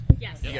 Yes